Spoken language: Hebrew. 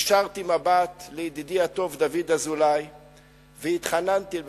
הישרתי מבט אל ידידי הטוב דוד אזולאי והתחננתי בפניו,